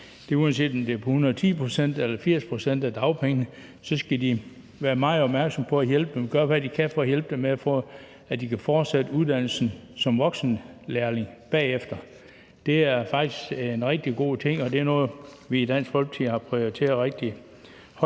uanset om det er på 110 pct. eller 80 pct. af dagpengene, skal de være meget opmærksomme på at hjælpe dem og gøre, hvad de kan, for at hjælpe dem til at fortsætte uddannelsen som voksenlærling bagefter. Det er faktisk en rigtig god ting, og det er noget, vi i Dansk Folkeparti har prioriteret rigtig højt.